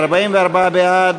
44 בעד,